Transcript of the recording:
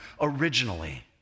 originally